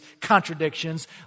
contradictions